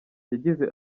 yagize